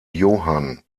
johann